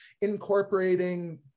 incorporating